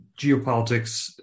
Geopolitics